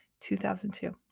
2002